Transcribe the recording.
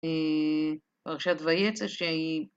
פרשת ויצא שהיא...